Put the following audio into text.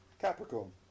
Capricorn